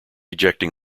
ejecting